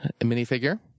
minifigure